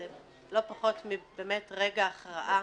זה לא פחות מבאמת רגע הכרעה